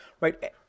right